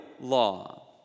law